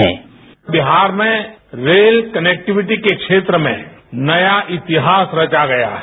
sound bite Bihar में rail connectivity के क्षेत्र में नया इतिहास रचा गया है